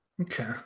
Okay